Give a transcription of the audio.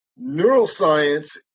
neuroscience